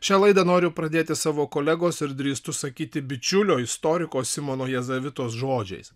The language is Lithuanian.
šią laidą noriu pradėti savo kolegos ir drįstu sakyti bičiulio istoriko simono jazavitos žodžiais